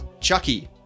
Chucky